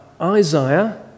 Isaiah